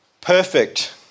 perfect